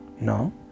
No